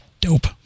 Dope